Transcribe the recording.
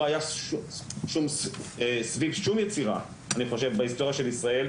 לא היה סביב שום יצירה אני חושב בהיסטוריה של ישראל,